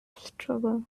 struggle